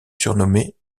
surnommée